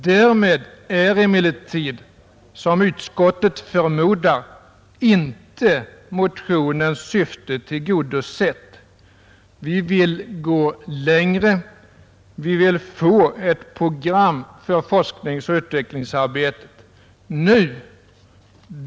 Därmed är emellertid inte, som utskottet förmodar, motionens syfte tillgodosett. Vi vill gå längre, vi vill få ett program för forskningsoch utvecklingsarbetet nu.